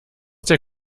der